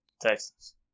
Texans